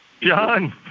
John